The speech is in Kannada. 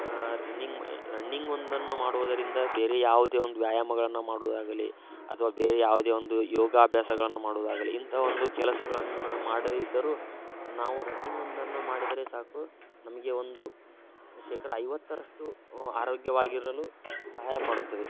ರನ್ನಿಂಗ್ ರಣ್ಣಿಂಗ್ ಒಂದನ್ನು ಮಾಡುವುದರಿಂದ ಬೇರೆ ಯಾವುದೇ ಒಂದು ವ್ಯಾಯಾಮಗಳನ್ನು ಮಾಡೋದಾಗಲಿ ಅಥವಾ ಬೇರೆ ಯಾವುದೇ ಒಂದು ಯೋಗ ಅಭ್ಯಾಸಗಳನ್ನ ಮಾಡೋದಾಗಲಿ ಇಂಥ ಒಂದು ಕೆಲಸಗಳನ್ನು ಮಾಡದೇ ಇದ್ದರೂ ನಾವು ರಣ್ಣಿಂಗ್ ಒಂದನ್ನು ಮಾಡಿದರೆ ಸಾಕು ನಮಗೆ ಒಂದು ಶೇಕಡ ಐವತ್ತರಷ್ಟು ಆರೋಗ್ಯವಾಗಿರಲು ಸಹಾಯ ಮಾಡುತ್ತದೆ